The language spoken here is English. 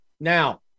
Now